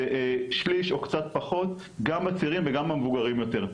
זה שליש או קצת פחות גם בצעירים וגם במבוגרים יותר,